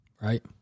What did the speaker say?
right